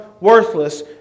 worthless